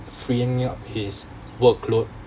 freeing up his workload